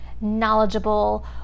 knowledgeable